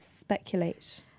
speculate